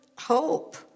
hope